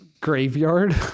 graveyard